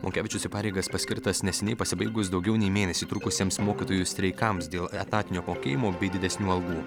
monkevičius į pareigas paskirtas neseniai pasibaigus daugiau nei mėnesį trukusiems mokytojų streikams dėl etatinio apmokėjimo bei didesnių algų